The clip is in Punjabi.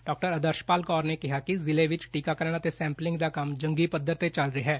ਡਾ ਆਦਰਸ਼ਪਾਲ ਕੌਰ ਨੇ ਕਿਹਾ ਕਿ ਜਿਲ੍ਹੇ ਵਿੱਚ ਟੀਕਾਕਰਨ ਅਤੇ ਸੈਂਪਲਿੰਗ ਦਾ ਕੰਮ ਜੰਗੀ ਪੱਧਰ ਤੇ ਚੱਲ ਰਿਹੈ